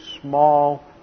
small